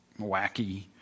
wacky